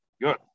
Good